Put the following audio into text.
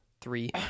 three